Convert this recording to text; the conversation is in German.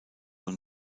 und